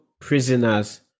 prisoners